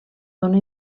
dóna